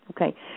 okay